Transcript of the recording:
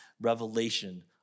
revelation